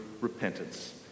repentance